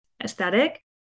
aesthetic